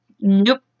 Nope